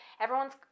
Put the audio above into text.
everyone's